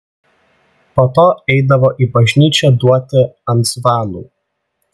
po to eidavo į bažnyčią duoti ant zvanų